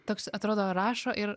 toks atrodo rašo ir